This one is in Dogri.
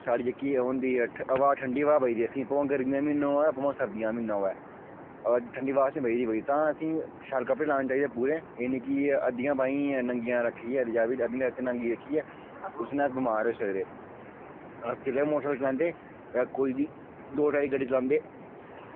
साढ़ी जेह्की ओह् होंदी हवा ठंड़ी हवा बजदी असें भामैं गर्मियां म्हीने होऐ भामैं सर्दियां म्हीना होऐ ठंड़ी हवा असें बजदी गै बजदी शैल कपड़े लाने चाहिदे पूरे एह् नि के अद्धियां बाहीं नंगियां रक्खियां जां फ्ही अद्धियां लत्तां नंगियां रक्खियै उस कन्नै अस बमार होई सकदे अस जिसलै बी मोटर सैक्ल चलांदे जां कोई बी दो टैरी गड्डी चलांदे